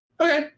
Okay